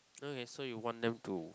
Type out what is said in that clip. okay so you want them to